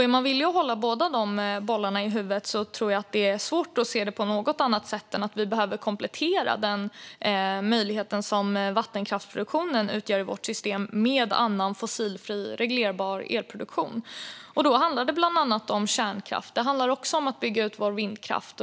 Är man villig att hålla båda dessa tankar i huvudet tror jag att det är svårt att se detta på något annat sätt än att vi behöver komplettera den möjlighet som vattenkraftsproduktionen utgör i vårt system med annan fossilfri och reglerbar elproduktion. Då handlar det bland annat om kärnkraft. Det handlar också om att bygga ut vår vindkraft.